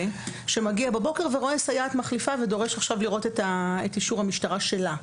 שמגיע ודורש עכשיו לראות את אישור המשטרה שלה.